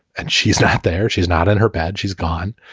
and she's not there. she's not in her bed. she's gone.